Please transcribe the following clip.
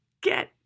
get